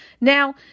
Now